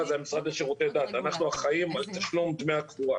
אנחנו אחראים על תשלום דמי הקבורה.